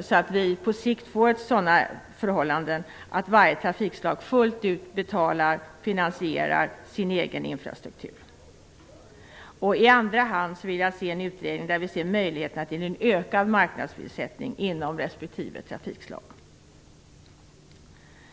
så att vi på sikt får sådana förhållanden att varje trafikslag fullt ut finansierar sin egen infrastruktur. I andra hand vill jag se en utveckling där vi ser möjligheterna till en ökad marknadsutsättning inom respektive trafikslag.